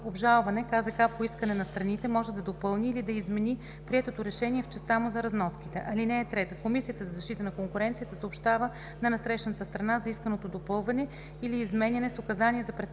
обжалване КЗК по искане на страните може да допълни или да измени приетото решение в частта му за разноските. (3) Комисията за защита на конкуренцията съобщава на насрещната страна за исканото допълване или изменяне с указание за представяне